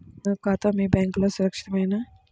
నా ఖాతా మీ బ్యాంక్లో సురక్షితమేనా?